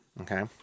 Okay